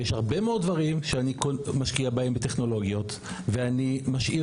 יש הרבה מאוד דברים שאני משקיע בהם בטכנולוגיות ואני משאיר